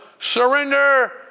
Surrender